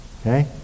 Okay